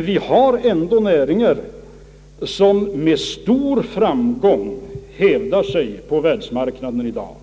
Vi har ändå näringar, som med stor framgång hävdar sig på världsmarknaden i dag.